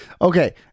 Okay